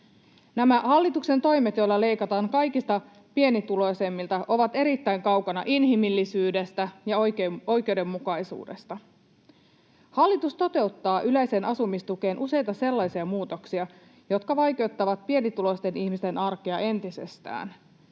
Nämä hallituksen toimet, joilla leikataan kaikista pienituloisimmilta, ovat erittäin kaukana inhimillisyydestä ja oikeudenmukaisuudesta. Hallitus toteuttaa yleiseen asumistukeen useita sellaisia muutoksia, jotka vaikeuttavat pienituloisten ihmisten arkea entisestään.